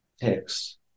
text